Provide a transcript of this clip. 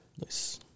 Nice